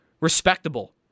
respectable